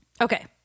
Okay